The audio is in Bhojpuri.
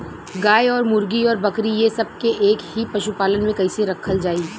गाय और मुर्गी और बकरी ये सब के एक ही पशुपालन में कइसे रखल जाई?